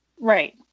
Right